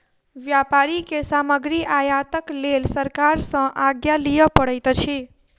व्यापारी के सामग्री आयातक लेल सरकार सॅ आज्ञा लिअ पड़ैत अछि